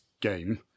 game